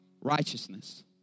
righteousness